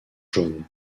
jaune